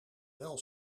wel